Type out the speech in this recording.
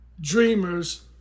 dreamers